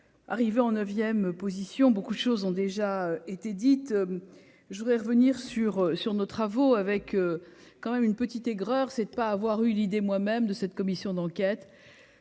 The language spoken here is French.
arrivé en 9ème position, beaucoup de choses ont déjà été dites, je voudrais revenir sur sur nos travaux avec quand même une petite aigreur c'est de pas avoir eu l'idée moi-même de cette commission d'enquête,